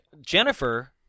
jennifer